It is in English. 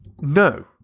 No